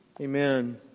Amen